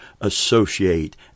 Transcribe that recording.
associate